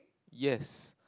yes